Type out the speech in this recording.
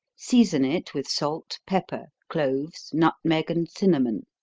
season it with salt, pepper, cloves, nutmeg, and cinnamon.